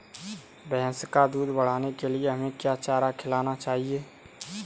भैंस का दूध बढ़ाने के लिए हमें क्या चारा खिलाना चाहिए?